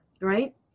right